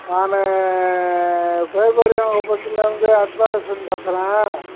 நான் பேர்பெரியான் குப்பத்திலருந்து அன்பரசன் பேசுகிறேன்